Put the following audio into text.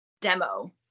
demo